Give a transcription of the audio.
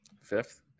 Fifth